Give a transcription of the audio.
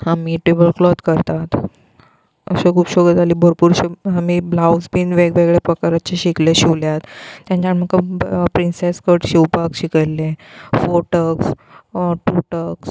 आमी table cloth करतात अश्यो खुबश्यो गजाली भरपूरश्यो आमी ब्लावज बीन वेगवेगळे पकाराचे शिकलें शिंवल्यात तेन्ना आमकां प्रिंसेस कट शिंवपाक शिकयल्लें फो टग्स टू टग्स